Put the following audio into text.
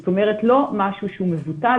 זאת אומרת, לא משהו שהוא מבוטל.